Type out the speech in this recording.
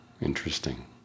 interesting